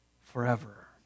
forever